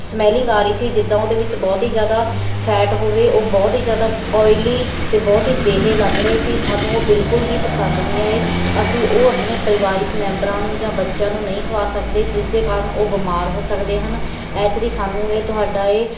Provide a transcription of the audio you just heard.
smelling ਆ ਰਹੀ ਸੀ ਜਿੱਦਾਂ ਉਹਦੇ ਵਿੱਚ ਬਹੁਤ ਹੀ ਜ਼ਿਆਦਾ ਫੈਟ ਹੋਵੇ ਉਹ ਬਹੁਤ ਹੀ ਜ਼ਿਆਦਾ ਓਈਲੀ ਅਤੇ ਬਹੁਤ ਹੀ ਬੇਹੇ ਲੱਗ ਰਹੇ ਸੀ ਸਾਨੂੰ ਉਹ ਬਿਲਕੁਲ ਵੀ ਪਸੰਦ ਨਹੀਂ ਆਏ ਅਸੀਂ ਉਹ ਆਪਣੇ ਪਰਿਵਾਰਿਕ ਮੈਂਬਰਾਂ ਨੂੰ ਜਾਂ ਬੱਚਿਆਂ ਨੂੰ ਨਹੀਂ ਖਵਾ ਸਕਦੇ ਜਿਸ ਦੇ ਕਾਰਨ ਉਹ ਬਿਮਾਰ ਹੋ ਸਕਦੇ ਹਨ ਇਸ ਲਈ ਸਾਨੂੰ ਇਹ ਤੁਹਾਡਾ ਇਹ